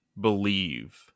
believe